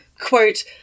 Quote